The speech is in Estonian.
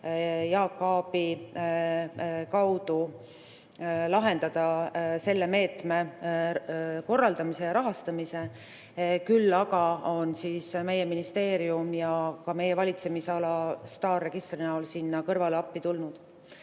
Jaak Aabi kaudu lahendada selle meetme korraldamise ja rahastamise. Küll aga on meie ministeerium ja ka meie valitsemisala STAR-registri näol sinna kõrvale appi tulnud. Mida